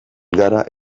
gara